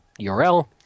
URL